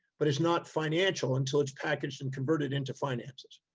but it's not financial until it's packaged and converted into finances.